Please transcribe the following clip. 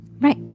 Right